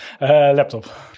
laptop